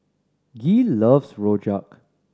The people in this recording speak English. Gee loves rojak